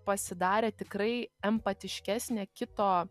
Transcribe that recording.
pasidarė tikrai empatiškesnė kito